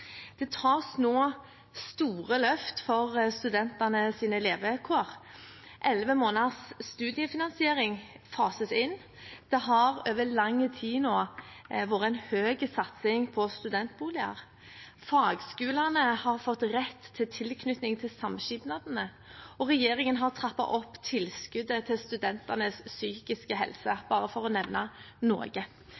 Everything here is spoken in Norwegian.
Det tas nå store løft for studentenes levekår. Elleve måneders studiefinansiering fases inn, det har over lang tid nå vært en høy satsing på studentboliger, fagskolene har fått rett til tilknytning til samskipnadene, og regjeringen har trappet opp tilskuddet til studentenes psykiske helse,